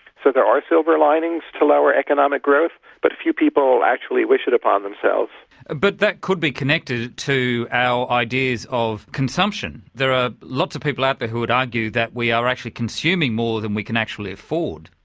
so there are silver linings to lower economic growth, but few people actually wish it upon themselves. but that could be connected to our ideas of consumption. there are lots of people out there who would argue that we are actually consuming more than we can actually afford.